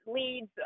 leads